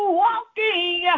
walking